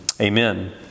Amen